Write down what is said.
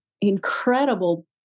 incredible